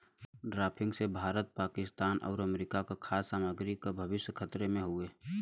drafting से भारत पाकिस्तान आउर America क खाद्य सामग्री क भविष्य खतरे में हउवे